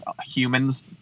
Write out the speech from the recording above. humans